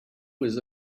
was